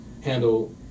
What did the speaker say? handle